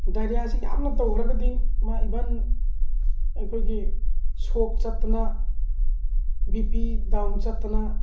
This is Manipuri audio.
ꯗꯥꯏꯔꯤꯌꯥꯁꯤ ꯌꯥꯝꯅ ꯇꯧꯔꯒꯗꯤ ꯃꯥ ꯏꯚꯟ ꯑꯩꯈꯣꯏꯒꯤ ꯁꯣꯛ ꯆꯠꯇꯅ ꯕꯤꯄꯤ ꯗꯥꯎꯟ ꯆꯠꯇꯅ